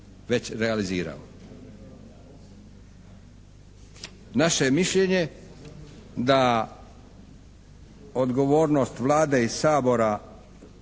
već realizirao. Naše je mišljenje da odgovornost Vlade i Sabora